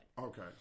Okay